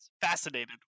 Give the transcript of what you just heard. Fascinated